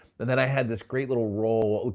and then i had this great little roll,